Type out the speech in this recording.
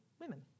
women